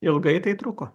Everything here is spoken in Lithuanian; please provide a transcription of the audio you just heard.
ilgai tai truko